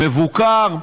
מבוקר,